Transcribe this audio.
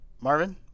Marvin